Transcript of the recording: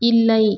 இல்லை